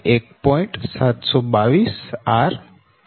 722 r થશે